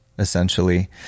essentially